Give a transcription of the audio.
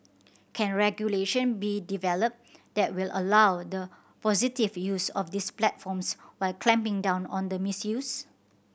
can regulation be developed that will allow the positive use of these platforms while clamping down on the misuse